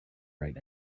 right